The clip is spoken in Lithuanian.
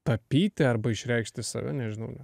tapyti arba išreikšti save nežinau